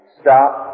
stop